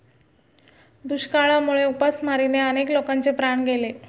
दुष्काळामुळे उपासमारीने अनेक लोकांचे प्राण गेले